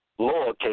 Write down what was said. lowercase